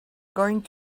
going